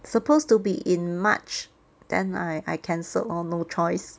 suppose to be in march then I I cancelled lor no choice